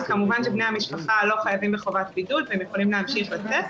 בני המשפחה לא חייבים בחובת בידוד והם יכולים להמשיך לצאת.